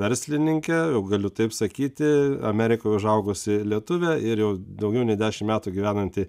verslininkė jau galiu taip sakyti amerikoj užaugusi lietuvė ir jau daugiau nei dešim metų gyvenanti